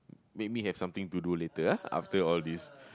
make me have something to do later ah after all this